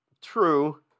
True